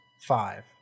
five